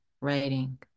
writing